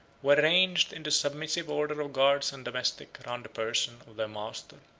were ranged in the submissive order of guards and domestics round the person of their master.